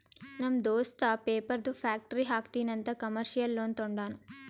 ನಮ್ ದೋಸ್ತ ಪೇಪರ್ದು ಫ್ಯಾಕ್ಟರಿ ಹಾಕ್ತೀನಿ ಅಂತ್ ಕಮರ್ಶಿಯಲ್ ಲೋನ್ ತೊಂಡಾನ